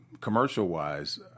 commercial-wise